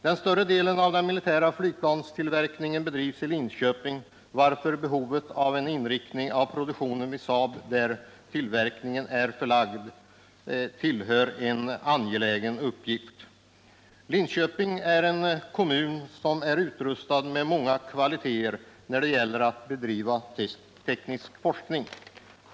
Den större delen av den militära flygplanstillverkningen bedrivs i Linköping, varför en undersökning av möjligheterna till annan inriktning av produktionen vid Saab, dit tillverkningen är förlagd, är en angelägen uppgift. Linköping är en kommun som är utrustad med många kvaliteter när det gäller att bedriva teknisk forskning.